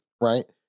right